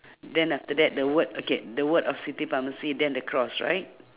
then after that the word okay the word of city pharmacy then the cross right